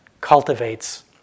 cultivates